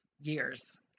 years